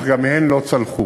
אך גם הם לא צלחו.